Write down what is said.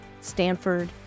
Stanford